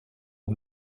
aux